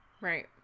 right